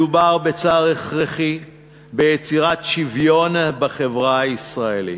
מדובר בצעד הכרחי ביצירת שוויון בחברה הישראלית.